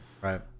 Right